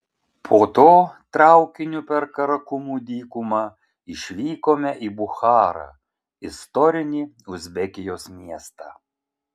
po to traukiniu per karakumų dykumą išvykome į bucharą istorinį uzbekijos miestą